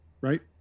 right